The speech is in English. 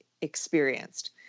experienced